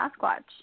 Sasquatch